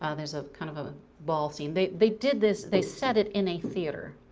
ah there's a kind of a ball scene, they they did this, they set it in a theatre,